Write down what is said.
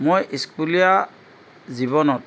মই স্কুলীয়া জীৱনত